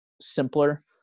simpler